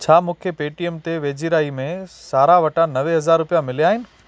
छा मूंखे पेटीएम ते वेझिड़ाईअ में सारा वटां नवे हज़ार रुपिया मिलिया आहिनि